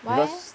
why eh